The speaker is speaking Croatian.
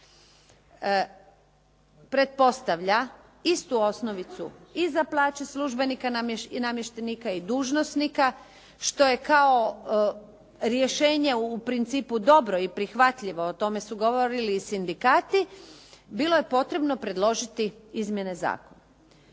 pretpostavlja istu osnovicu i za plaće službenika i namještenika i dužnosnika, što je kao rješenje u principu dobro i prihvatljivo, o tome su govorili i sindikati, bilo je potrebno predložiti izmjene zakona.